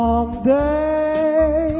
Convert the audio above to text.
Someday